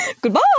Goodbye